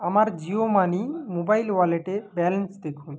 আমার Jio money mobile ওয়ালেটে balance দেখুন